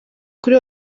kuri